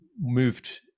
moved